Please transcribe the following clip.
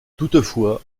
toutefois